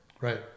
Right